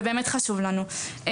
זה באמת חשוב לנו.